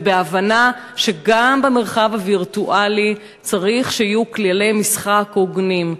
ובהבנה שגם במרחב הווירטואלי צריך שיהיו כללי משחק הוגנים.